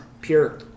pure